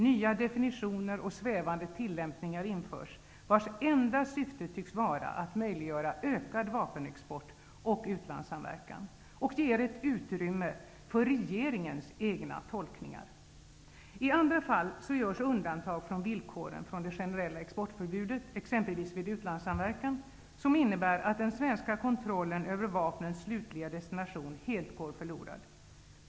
Nya definitioner och svävande tillämpningsmöjligheter införs, vilkas enda syfte tycks vara att möjliggöra ökad vapenexport och utlandssamverkan. Det ger också utrymme för regeringens egna tolkningar. I andra fall görs undantag från villkoren för det generella exportförbudet -- t.ex. vid utlandssamverkan -- som innebär att den svenska kontrollen över vapnens slutliga destination helt går förlorad.